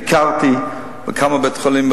ביקרתי בכמה בתי-חולים,